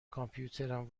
کامپیوترم